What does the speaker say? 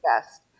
best